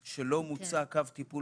אם ועדת החריגים תחשוב שלא מוצע קו טיפול